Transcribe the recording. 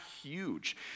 huge